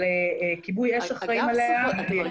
כיבוי אש אחראים עליה.